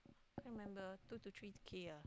can't remember two to three K ah